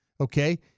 Okay